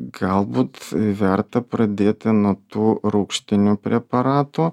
galbūt verta pradėti nuo tų rūgštinių preparatų